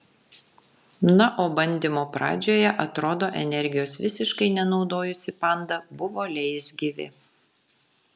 na o bandymo pradžioje atrodo energijos visiškai nenaudojusi panda buvo leisgyvė